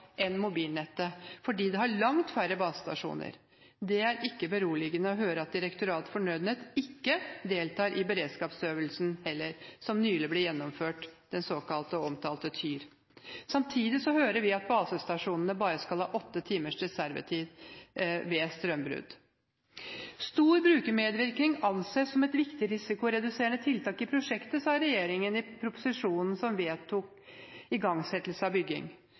mobilnettet, fordi det har langt færre basestasjoner. Det er ikke beroligende å høre at Direktoratet for nødkommunikasjon ikke deltar i beredskapsøvelsen heller – den såkalte og omtalte TYR, som nylig ble gjennomført. Samtidig hører vi at basestasjonene bare skal ha åtte timers reservetid ved strømbrudd. Regjeringen sier i proposisjonen som vedtok igangsettelse av bygging: «Stor brukermedvirkning anses som et viktig risikoreduserende tiltak i prosjektet.»